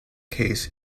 case